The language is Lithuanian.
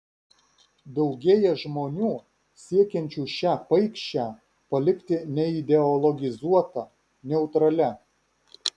daugėja žmonių siekiančių šią paikšę palikti neideologizuota neutralia